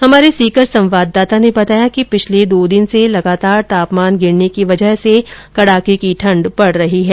हमारे सीकर संवाददाता ने बताया कि पिछले दो दिन दिन से लगातार तापमान गिरने की वजह से कड़ाके की ठण्ड पड रही है